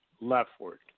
leftward